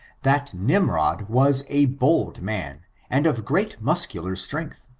that nimrod was a bold man and of great muscular strength.